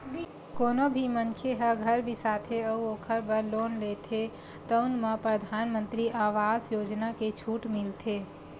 कोनो भी मनखे ह घर बिसाथे अउ ओखर बर लोन लेथे तउन म परधानमंतरी आवास योजना के छूट मिलथे